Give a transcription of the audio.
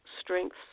strengths